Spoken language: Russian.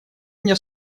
мне